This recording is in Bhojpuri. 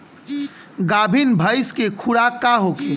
गाभिन भैंस के खुराक का होखे?